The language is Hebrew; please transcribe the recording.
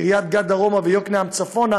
קריית גת דרומה ויוקנעם צפונה,